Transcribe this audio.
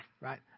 right